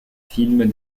films